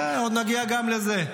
עוד נגיע גם לזה.